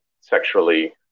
sexually